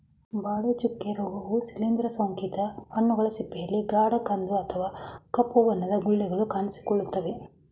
ಬಾಳೆ ಚುಕ್ಕೆ ರೋಗವು ಶಿಲೀಂದ್ರ ಸೋಂಕಿತ ಹಣ್ಣುಗಳ ಸಿಪ್ಪೆಯಲ್ಲಿ ಗಾಢ ಕಂದು ಅಥವಾ ಕಪ್ಪು ಬಣ್ಣದ ಗುಳಿಗಳು ಕಾಣಿಸಿಕೊಳ್ತವೆ